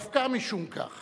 דווקא משום כך